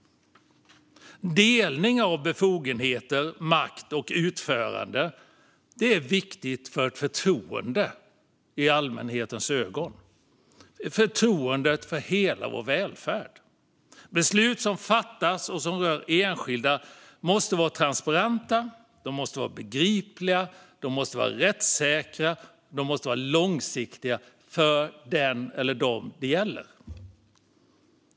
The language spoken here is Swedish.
Delning av befogenheter, makt och utförande är viktigt för förtroendet i allmänhetens ögon. Det handlar om förtroendet för hela vår välfärd. Beslut som fattas och som rör enskilda måste vara transparenta, begripliga, rättssäkra och långsiktiga för den eller dem de gäller.